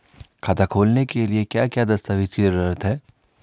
खाता खोलने के लिए क्या क्या दस्तावेज़ की जरूरत है?